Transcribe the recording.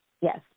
Yes